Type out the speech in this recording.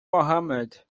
mohamed